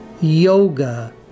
Yoga